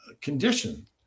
condition